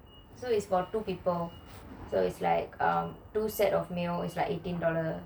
so is for two people so is like um two set of meals is like eighteen dollars